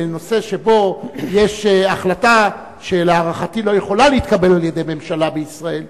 בנושא שבו יש החלטה שלהערכתי לא יכולה להתקבל על-ידי ממשלה בישראל,